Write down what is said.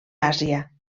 àsia